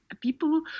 people